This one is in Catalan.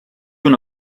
una